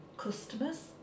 customers